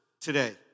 today